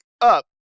up